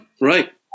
right